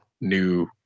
new